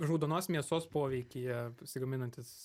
raudonos mėsos poveikyje pasigaminantis